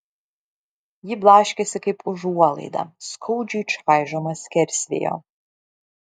ji blaškėsi kaip užuolaida skaudžiai čaižoma skersvėjo